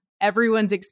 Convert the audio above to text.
Everyone's